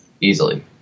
easily